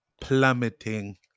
plummeting